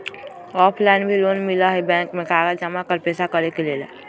Offline भी loan मिलहई bank में कागज जमाकर पेशा करेके लेल?